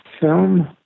film